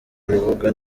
rubuga